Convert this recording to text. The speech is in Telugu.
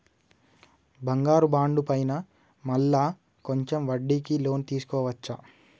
బంగారు బాండు పైన మళ్ళా కొంచెం వడ్డీకి లోన్ తీసుకోవచ్చా?